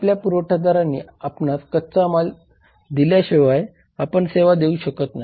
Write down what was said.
आपल्या पुरवठादारांनी आपणास कच्च्या माल दिल्या शिवाय आपण सेवा देऊ शकत नाही